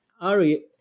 Ari